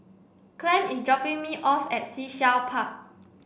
Clem is dropping me off at Sea Shell Park